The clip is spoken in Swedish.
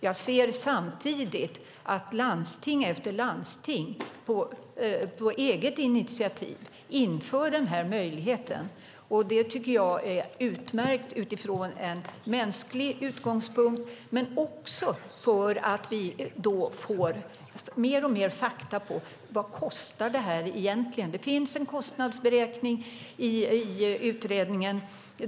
Jag ser samtidigt att landsting efter landsting på eget initiativ inför den här möjligheten. Det tycker jag är utmärkt utifrån en mänsklig utgångspunkt, men också för att vi då får mer och mer fakta om vad det här egentligen kostar. Det finns en kostnadsberäkning i utredningen.